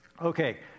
Okay